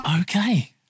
Okay